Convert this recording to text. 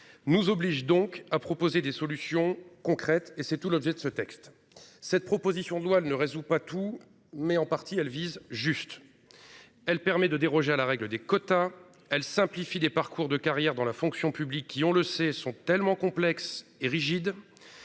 Nous oblige donc à proposer des solutions concrètes et c'est tout l'objet de ce texte. Cette proposition de loi, elle ne résout pas tout, mais en partie elle vise juste. Elle permet de déroger à la règle des quotas elle simplifie les parcours de carrière dans la fonction publique qui, on le sait sont tellement complexes et rigides.